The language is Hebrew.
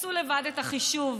תעשו לבד את החישוב